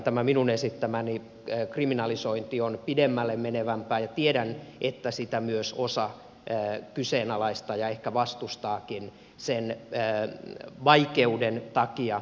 tämä minun esittämäni kriminalisointi on pidemmälle menevää ja tiedän että sitä osa kyseenalaistaa ja ehkä vastustaakin sen vaikeuden takia